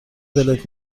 دلت